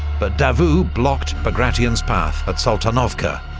but davout blocked bagration's path at saltanovka,